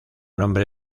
nombre